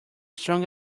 strong